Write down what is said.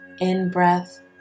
in-breath